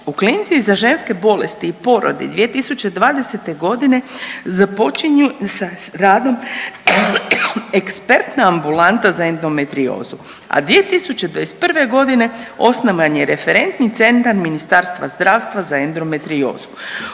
U Klinici za ženske bolesti i porode 2020. g. započinju sa radom ekspertna ambulanta za endometriozu, a 2021. g. osnovan je Referentni centar Ministarstva zdravstva za endometriozu.